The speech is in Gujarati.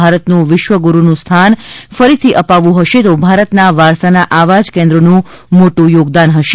ભારતનું વિશ્વગુરૂનું સ્થાન ફરીથી અપાવવું હશે તો ભારતના વારસાના આવા જ કેન્દ્રોનું મોટું યોગદાન હશે